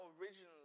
originally